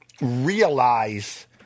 realize